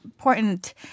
important